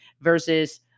versus